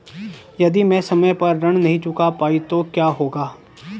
यदि मैं समय पर ऋण नहीं चुका पाई तो क्या होगा?